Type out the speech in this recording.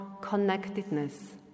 connectedness